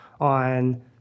on